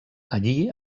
allí